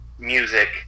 Music